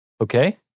Okay